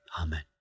Amen